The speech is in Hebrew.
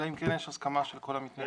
אלא אם כן יש הסכמה של כל המתנגדים.